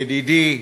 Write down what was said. ידידי,